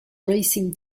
racing